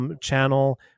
channel